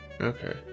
Okay